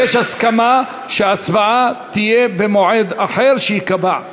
יש הסכמה שההצבעה תהיה במועד אחר שייקבע,